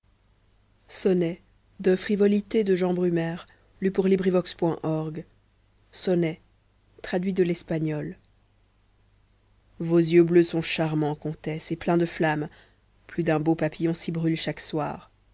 sonnet traduit de l'espagnol vos yeux bleus sont charmants comtesse et pleins de flam plus d'un beau papillon s'y brûle chaque soir